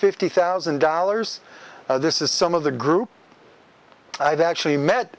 fifty thousand dollars this is some of the group i've actually met